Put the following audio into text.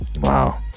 wow